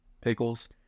pickles